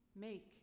make